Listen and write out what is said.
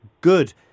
good